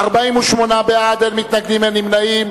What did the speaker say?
בעד, 48, אין מתנגדים ואין נמנעים.